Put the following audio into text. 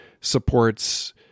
supports